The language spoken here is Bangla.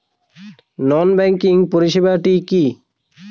নন ব্যাংকিং পরিষেবা টা কি?